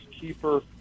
keeper